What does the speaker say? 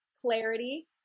clarity